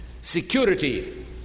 security